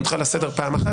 קורא אותך לסדר פעם אחת.